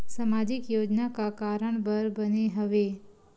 सामाजिक योजना का कारण बर बने हवे?